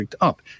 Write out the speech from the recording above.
up